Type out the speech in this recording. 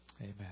Amen